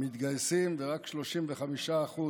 מתגייסים ורק 35%